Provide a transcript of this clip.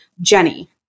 Jenny